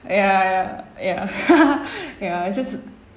ya ya ya ya just